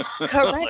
Correct